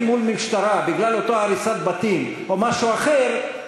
מול המשטרה בגלל אותה הריסת בתים או משהו אחר,